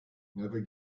never